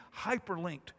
hyperlinked